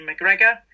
McGregor